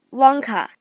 Wanka